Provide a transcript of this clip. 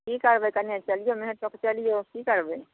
की करबै कने चलियौ मेनैज कऽ के चलियौ की करबै